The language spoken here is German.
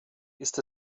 ist